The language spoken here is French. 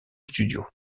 studio